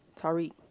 Tariq